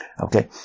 Okay